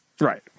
Right